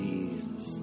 Jesus